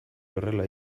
horrela